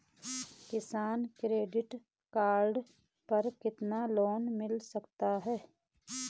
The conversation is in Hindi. किसान क्रेडिट कार्ड पर कितना लोंन मिल सकता है?